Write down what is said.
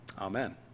Amen